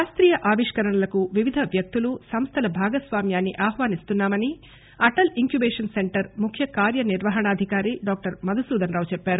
శాస్తీయ ఆవిష్కరణలకు వివిధ వ్యక్తులు సంస్దల భాగస్వామ్యాన్ని ఆహ్వానిస్తున్నా మని అటల్ ఇంక్యుబేషన్ సెంటర్ ముఖ్యకార్యనిర్వాహణాధికారి డాక్టర్ మధుసూధనరావు చెప్పారు